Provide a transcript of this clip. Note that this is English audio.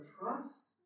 trust